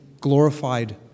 glorified